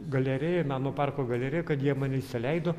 galerijai meno parko galerijai kad jie mane įsileido